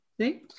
See